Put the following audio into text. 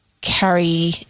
carry